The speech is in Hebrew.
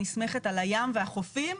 נסמכת על הים והחופים,